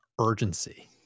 urgency